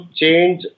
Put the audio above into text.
change